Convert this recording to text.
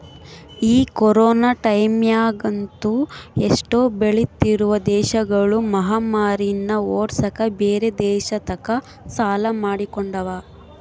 ಈ ಕೊರೊನ ಟೈಮ್ಯಗಂತೂ ಎಷ್ಟೊ ಬೆಳಿತ್ತಿರುವ ದೇಶಗುಳು ಮಹಾಮಾರಿನ್ನ ಓಡ್ಸಕ ಬ್ಯೆರೆ ದೇಶತಕ ಸಾಲ ಮಾಡಿಕೊಂಡವ